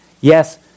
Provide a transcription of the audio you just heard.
Yes